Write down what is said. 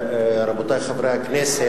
רבותי חברי הכנסת,